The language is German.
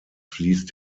fließt